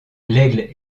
laigle